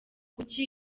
kuki